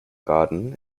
garden